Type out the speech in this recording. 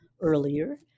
earlier